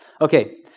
Okay